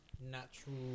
natural